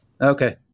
Okay